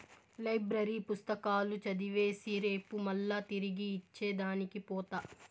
library పుస్తకాలు చదివేసి రేపు మల్లా తిరిగి ఇచ్చే దానికి పోత